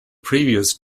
previous